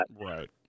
Right